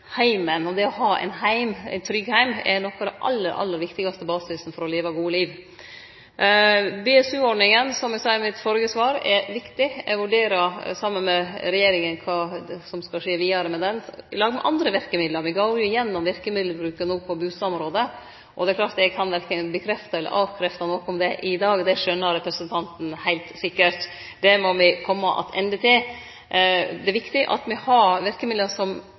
heimen og det å ha ein heim, ein trygg heim, er noko av den aller, aller viktigaste basisen for å leve gode liv. BSU-ordninga – som eg sa i mitt førre svar – er viktig. Eg vurderer, saman med regjeringa, kva som skal skje vidare med ho, i lag med andre verkemiddel. Me går gjennom verkemiddelbruken på bustadområdet no, og det er klart at eg verken kan bekrefte eller avkrefte noko om det i dag – det skjønar representanten heilt sikkert. Det må me kome attende til. Det er viktig at me har verkemiddel som